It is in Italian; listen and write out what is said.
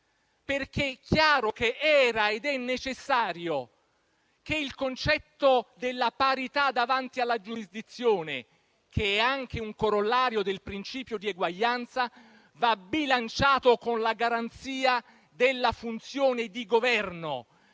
È chiaro che era ed è necessario che il concetto della parità davanti alla giurisdizione, che è anche un corollario del principio di eguaglianza, va bilanciato con la garanzia della funzione di Governo.